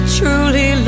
truly